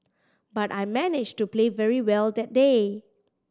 but I managed to play very well that day